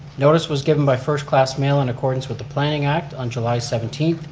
notice was given by first class mail in accordance with the planning act on july seventeen,